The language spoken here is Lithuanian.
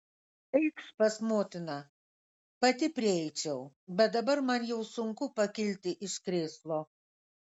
eikš pas motiną pati prieičiau bet dabar man jau sunku pakilti iš krėslo